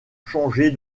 changés